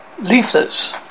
leaflets